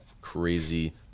crazy